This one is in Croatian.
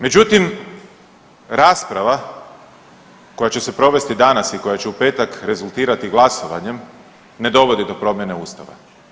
Međutim, rasprava koja će se provesti danas i koja će u petak rezultirati glasovanjem ne dovodi do promjene Ustava.